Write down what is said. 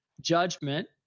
judgment